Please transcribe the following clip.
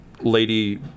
Lady